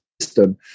system